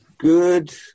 Good